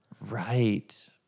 Right